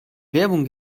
werbung